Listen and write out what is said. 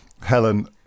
Helen